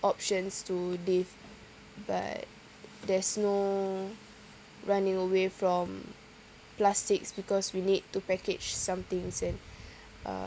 options to live but there's no running away from plastics because we need to package somethings and uh